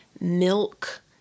milk